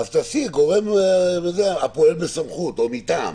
אז תקבעי "הגורם הפועל בסמכות" או "מטעם".